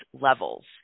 levels